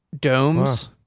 domes